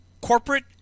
corporate